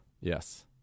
Yes